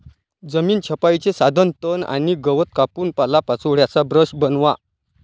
जमीन छपाईचे साधन तण आणि गवत कापून पालापाचोळ्याचा ब्रश बनवा